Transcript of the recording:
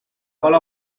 palo